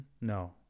No